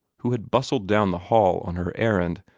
who had bustled down the hall on her errand,